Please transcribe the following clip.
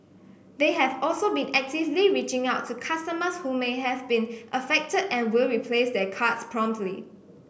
they have also been actively reaching out to customers who may have been affected and will replace their cards promptly